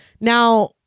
Now